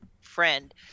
friend